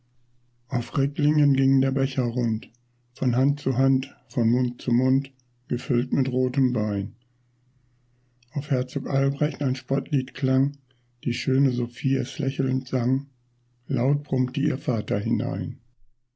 auf ricklingen ging der becher rund von hand zu hand von mund zu mund gefüllt mit rotem wein auf herzog albrecht ein spottlied klang die schöne sophiee es lächelnd sang laut brummte ihr vater hinein